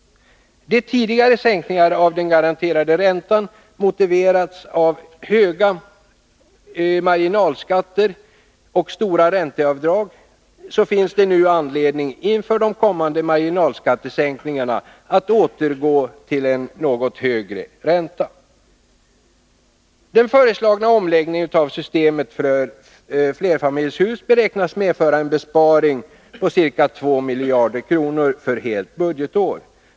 Då tidigare sänkningar av den garanterade räntan motiverats av höga marginalskatter och stora ränteavdrag, finns det nu anledning, inför kommande marginalskattesänkningar, att återgå till en något högre ränta. Den föreslagna omläggningen av systemet för flerfamiljshus beräknas medföra en besparing på ca 2 miljarder kronor för helt budgetår.